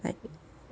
like